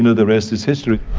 and the rest is history.